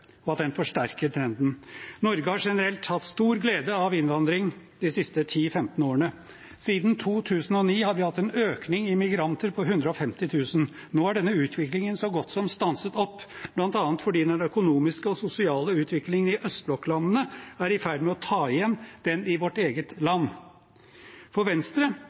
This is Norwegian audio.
og at den forsterker trenden. Norge har generelt hatt stor glede av innvandring de siste 10–15 årene. Siden 2009 har vi hatt en økning i migranter på 150 000. Nå er denne utviklingen så godt som stanset opp, bl.a. fordi den økonomiske og sosiale utviklingen i østblokklandene er i ferd med å ta igjen den i vårt eget land. For Venstre